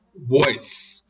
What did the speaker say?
voice